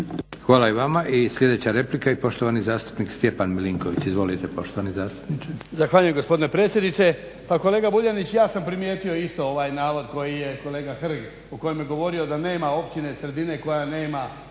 Hvala i vama. I sljedeća replika i poštovani zastupnik Stjepan Milinković. Izvolite poštovani zastupniče.